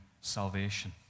salvation